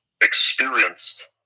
experienced